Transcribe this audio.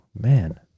man